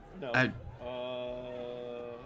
No